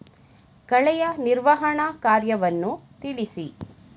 ಕಳೆಯ ನಿರ್ವಹಣಾ ಕಾರ್ಯವನ್ನು ತಿಳಿಸಿ?